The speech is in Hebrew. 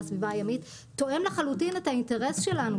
הסביבה הימית תואם לחלוטין את האינטרס שלנו.